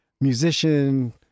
musician